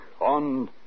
on